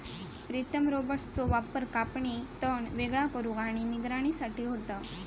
प्रीतम रोबोट्सचो वापर कापणी, तण वेगळा करुक आणि निगराणी साठी होता